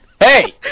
Hey